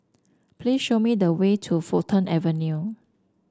please show me the way to Fulton Avenue